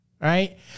right